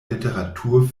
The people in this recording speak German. literatur